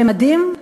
הממדים,